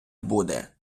буде